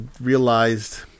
realized